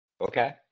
Okay